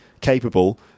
capable